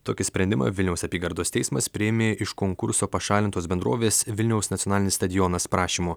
tokį sprendimą vilniaus apygardos teismas priėmė iš konkurso pašalintos bendrovės vilniaus nacionalinis stadionas prašymu